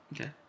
Okay